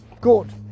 good